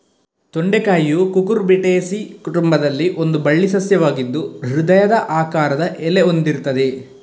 ತೊಂಡೆಕಾಯಿಯು Cucurbitaceae ಕುಟುಂಬದಲ್ಲಿ ಒಂದು ಬಳ್ಳಿ ಸಸ್ಯವಾಗಿದ್ದು ಹೃದಯದ ಆಕಾರದ ಎಲೆ ಹೊಂದಿರ್ತದೆ